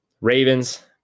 Ravens